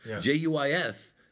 J-U-I-F